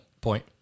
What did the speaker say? Point